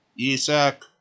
Isaac